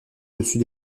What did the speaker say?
dessus